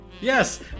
Yes